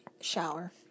shower